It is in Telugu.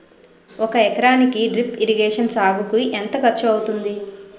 ఒక ఎకరానికి డ్రిప్ ఇరిగేషన్ సాగుకు ఎంత ఖర్చు అవుతుంది?